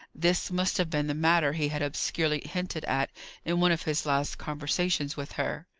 this must have been the matter he had obscurely hinted at in one of his last conversations with her.